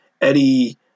Eddie